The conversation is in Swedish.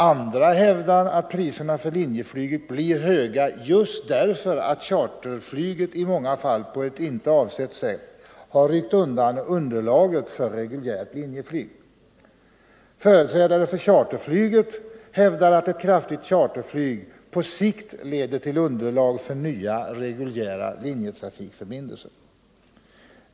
Andra hävdar att priserna för linjeflyget blir höga just därför att charterflyget i många fall på ett icke avsett sätt har ryckt undan underlaget för reguljärt linjeflyg. Företrädare för charterflyget hävdar däremot att ett kraftigt charterflyg på sikt leder till ett underlag för nya reguljära linjetrafikförbindelser.